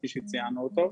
כפי שציינו אותו,